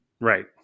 Right